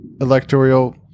electoral